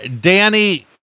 Danny